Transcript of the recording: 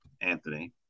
Anthony